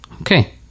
Okay